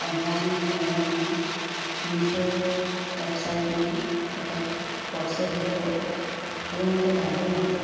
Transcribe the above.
पंद्रहं ॾींहं पहिरियों मां मीशो वेबसाइट में हिकु कोड सेट ॾिठो उहो मूंखे ॾाढो वणियो